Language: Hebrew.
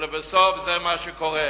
ובסוף זה מה שקורה,